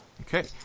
Okay